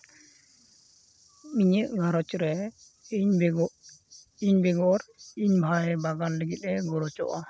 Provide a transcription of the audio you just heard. ᱤᱧᱟᱹᱜ ᱜᱷᱟᱨᱚᱸᱡᱽ ᱨᱮ ᱤᱧ ᱵᱮᱜᱚᱨ ᱤᱧ ᱵᱮᱜᱚᱨ ᱤᱧ ᱵᱷᱟᱭ ᱵᱟᱵᱟ ᱞᱟᱹᱜᱤᱫᱼᱮ ᱜᱚᱨᱚᱡᱚᱜᱼᱟ